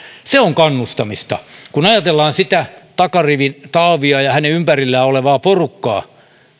se on kannustamista kun ajatellaan sitä takarivin taavia ja hänen ympärillä olevaa porukkaa